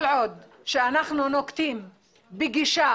כל עוד שאנחנו נוקטים בגישה